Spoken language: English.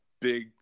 big